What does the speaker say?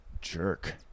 jerk